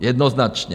Jednoznačně.